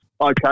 okay